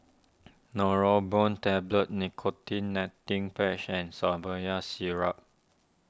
Neurobion Tablets Nicotine Patch and Syrup